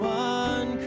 one